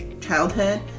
childhood